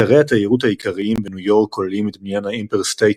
אתרי התיירות העיקריים בניו יורק כוללים את בניין האמפייר סטייט,